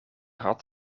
had